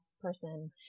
person